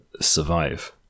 survive